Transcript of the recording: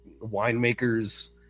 winemakers